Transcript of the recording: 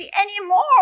anymore